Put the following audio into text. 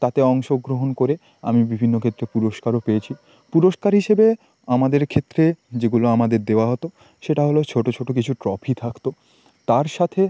তাতে অংশগ্রহণ করে আমি বিভিন্ন ক্ষেত্রে পুরস্কারও পেয়েছি পুরস্কার হিসেবে আমাদের ক্ষেত্রে যেগুলো আমাদের দেওয়া হতো সেটা হলো ছোটো ছোটো কিছু ট্রফি থাকত তার সাথে